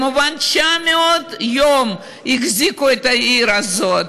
900 יום החזיקו את העיר הזאת.